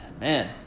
man